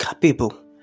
capable